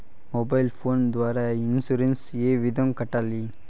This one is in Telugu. మొబైల్ ఫోను ద్వారా ఇన్సూరెన్సు ఏ విధంగా కట్టాలి